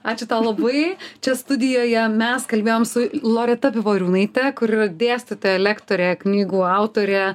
ačiū tau labai čia studijoje mes kalbėjom su loreta pivoriūnaite kuri yra dėstytoja lektorė knygų autorė